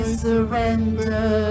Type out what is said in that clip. surrender